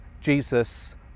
Jesus